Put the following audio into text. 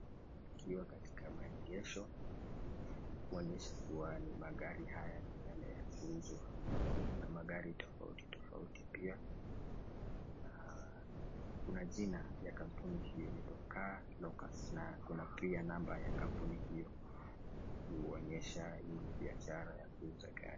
ikiwa katika maegesho, kuonyesha kuwa ni magari haya ni yale ya kuuzwa. Kuna magari tofauti tofauti pia na kuna jina ya kampuni hii inaitwa Car Locals na kuna pia namba ya kampuni hiyo kuonyesha hii ni biashara ya kuuza gari.